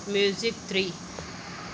music three